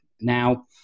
Now